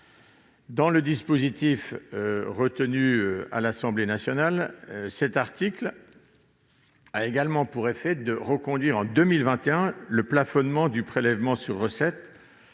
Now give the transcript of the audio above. Dans le dispositif retenu par l'Assemblée nationale, cet article a également pour effet de reconduire en 2021 le plafonnement du prélèvement sur recettes